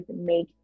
make